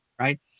right